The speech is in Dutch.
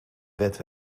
wet